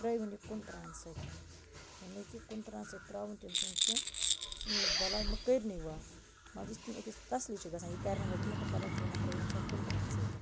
ترٲیہِ وُن یہِ کُنہٕ تٕرٛہن سۭۍ یعنی کہِ کُنہٕ تٕرٛہن سۭتۍ تراوُن تٔمۍ سُنٛد چھُ سٕنُس بَلاے مہٕ کٔرنی وَ مان ژٕ یِتھ کٔنۍ أکِس تسلی چھِ گَژھان یہِ کرِ نہٕ ؤنۍ کیٚنٛہہ تہٕ پتاہ چھُ وَنان ترٲوُن سا کُنہٕ تٕرٛہن سۭتۍ